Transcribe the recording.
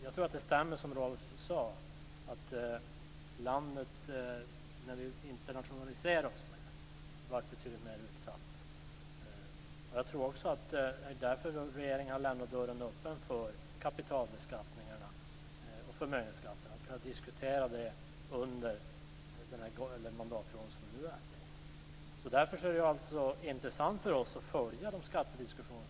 Jag tror att det som Rolf sade stämmer, alltså att vi när vi internationaliserades mera blev betydligt mer utsatta. Det är därför som regeringen har lämnat dörren öppen för att under nuvarande mandatperiod kunna diskutera kapitalbeskattningen och förmögenhetsskatterna. Därför är det intressant för oss att följa skattediskussionerna.